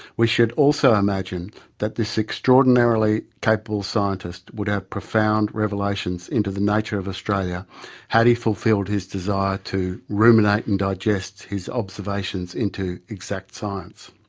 we should also imagine that this extraordinarily capable scientist would have produced profound revelations into the nature of australia had he fulfilled his desire to ruminate and digest his observations into exact science.